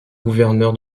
gouverneur